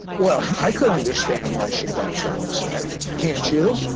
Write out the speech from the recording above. well i could understand why she got so upset. can't you?